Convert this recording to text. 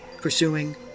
pursuing